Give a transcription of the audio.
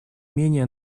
менее